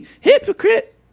hypocrite